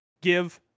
give